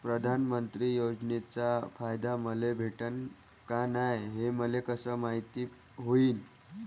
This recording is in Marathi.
प्रधानमंत्री योजनेचा फायदा मले भेटनं का नाय, हे मले कस मायती होईन?